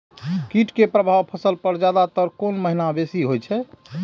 कीट के प्रभाव फसल पर ज्यादा तर कोन महीना बेसी होई छै?